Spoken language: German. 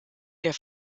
der